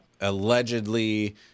Allegedly